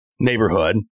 neighborhood